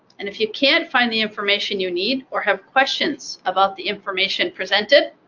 and if you can't find the information you need or have questions about the information presented,